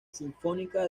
sinfónica